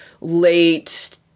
late